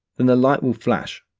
then the light will flash,